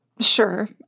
sure